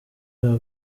aba